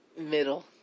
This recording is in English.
Middle